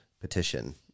petition